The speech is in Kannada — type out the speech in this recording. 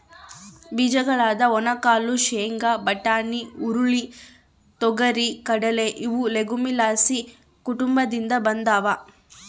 ಬೀಜಗಳಾದ ಒಣಕಾಳು ಶೇಂಗಾ, ಬಟಾಣಿ, ಹುರುಳಿ, ತೊಗರಿ,, ಕಡಲೆ ಇವು ಲೆಗುಮಿಲೇಸಿ ಕುಟುಂಬದಿಂದ ಬಂದಾವ